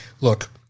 look